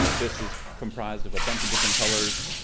this is comprised of a bunch of different colors.